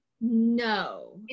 No